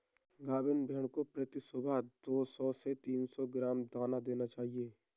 गाभिन भेड़ को प्रति सुबह दो सौ से तीन सौ ग्राम दाना देना चाहिए